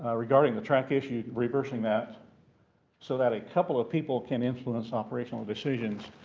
regarding the track issue, reversing that so that a couple of people can influence operational decisions.